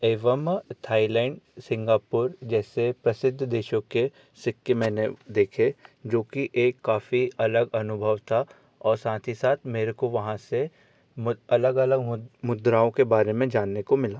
एवम Thailand Singapore जैसे प्रसिद्ध देशों के सिक्के मैंने देखे जो कि एक काफ़ी अलग अनुभव था और साथ ही साथ मेरे को वहाँ से अलग अलग मुद्राओं के बारे में जानने को मिला